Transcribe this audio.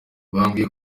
bambwiye